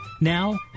now